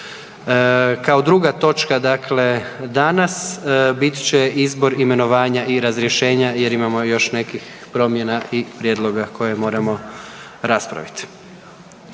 Kao druga točka dakle danas bit će Izbor, imenovanja i razrješenja jer imamo još nekih promjena i prijedloga koje moramo raspravit.